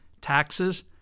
Taxes